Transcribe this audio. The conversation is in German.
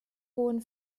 hohen